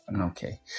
okay